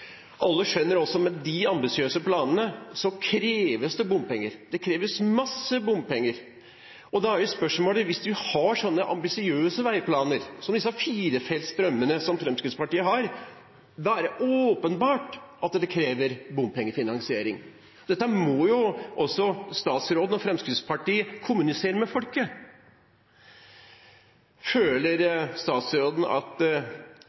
Alle skjønner også at med de ambisiøse planene kreves det bompenger. Det kreves masse bompenger. Og hvis en har så ambisiøse veiplaner som i disse firefeltsdrømmene Fremskrittspartiet har, er det åpenbart at det krever bompengefinansiering. Dette må jo også statsråden og Fremskrittspartiet kommunisere med folket om. Føler statsråden at